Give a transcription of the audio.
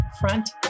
Front